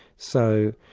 so